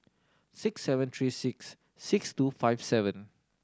six seven three six six two five seven